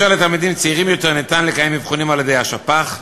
לתלמידים צעירים יותר ניתן לקיים אבחונים על-ידי השפ"ח,